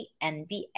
NBA